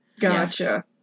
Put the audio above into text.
Gotcha